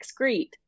excrete